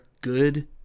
good